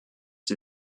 sie